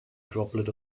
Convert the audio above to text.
droplet